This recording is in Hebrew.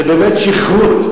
זה באמת שכרות.